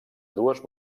dues